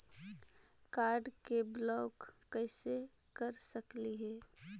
Card के block कैसे कर सकली हे?